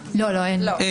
טעם